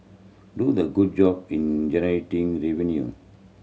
do the good job in generating revenue